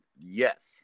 yes